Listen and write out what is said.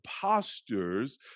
postures